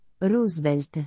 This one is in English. Roosevelt